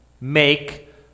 make